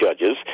judges